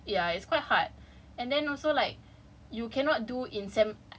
I don't really have hope yang kita akan pergi lah cause it's ya it's quite hard